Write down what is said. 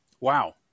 Wow